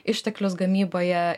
išteklius gamyboje